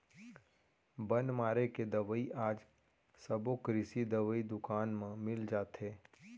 बन मारे के दवई आज सबो कृषि दवई दुकान म मिल जाथे